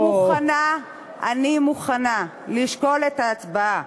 אני מוכנה לשקול את ההצבעה.